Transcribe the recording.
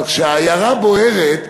אבל כשהעיירה בוערת,